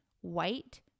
white